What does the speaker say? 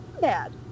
bad